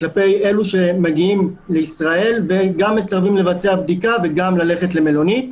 כלפי אלה שמגיעים מישראל וגם מסרבים לבצע בדיקה וגם ללכת למלונית,